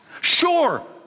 Sure